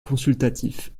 consultatif